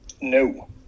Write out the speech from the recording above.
No